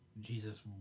jesus